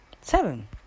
Seven